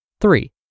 Three